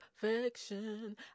perfection